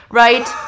right